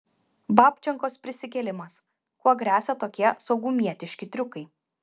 babčenkos prisikėlimas kuo gresia tokie saugumietiški triukai